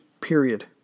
period